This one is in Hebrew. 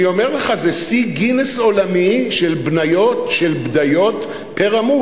אני אומר לך, זה שיא גינס עולמי של בדיות פר-עמוד.